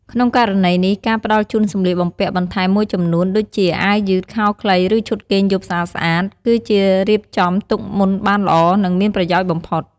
ក្នុងករណីនេះ ការផ្តល់ជូនសម្លៀកបំពាក់បន្ថែមមួយចំនួន ដូចជាអាវយឺត ខោខ្លី ឬឈុតគេងយប់ស្អាតៗ គឺជារៀបចំទុកមុនបានល្អ និងមានប្រយោជន៍បំផុត។